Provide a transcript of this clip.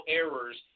errors